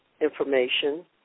information